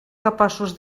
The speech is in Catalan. capaços